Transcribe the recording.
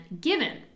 given